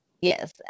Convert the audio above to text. yes